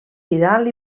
vidal